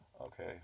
Okay